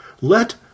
Let